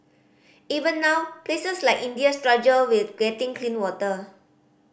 even now places like India struggle with getting clean water